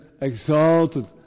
exalted